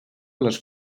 les